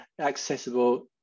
accessible